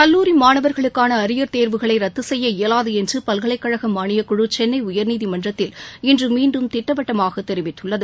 கல்லூரி மாணவர்களுக்கான அரியர் தேர்வுகளை ரத்து செய்ய இயாவாது என்று பல்கலைக்கழக மானியக் குழு சென்னை உயர்நீதிமன்றத்தில் இன்று மீண்டும் திட்டவட்டமாக தெரிவித்தது